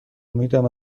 امیدم